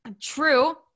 True